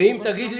ואם תגיד לי,